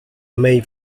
mej